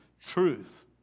truth